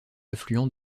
affluents